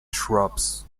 shrubs